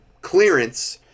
clearance